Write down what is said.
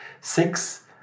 six